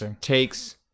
takes